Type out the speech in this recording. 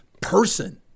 person